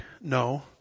No